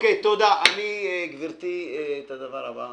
אני אומר את הדבר הבא